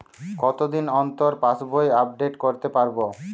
কতদিন অন্তর পাশবই আপডেট করতে পারব?